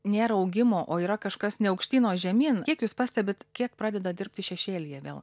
nėra augimo o yra kažkas ne aukštyn o žemyn kiek jūs pastebit kiek pradeda dirbti šešėlyje vėl